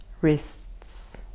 Wrists